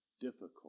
difficult